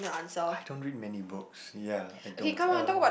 I don't read many books ya I don't um